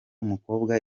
mukobwa